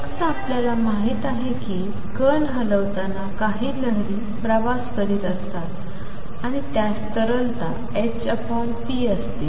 फक्त आपल्याला माहित आहे की कण हलविताना काही लहरीं प्रवास करीत असतात आणि त्यास तरलता h p असते